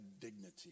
dignity